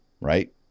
right